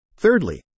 Thirdly